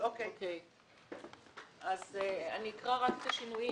אני אקרא רק את השינויים.